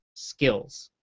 skills